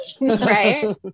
Right